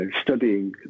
studying